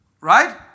Right